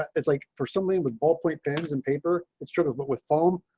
it's like for something with ballpoint pens and paper it's true, but with foam.